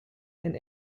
and